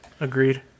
agreed